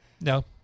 No